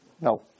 No